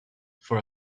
for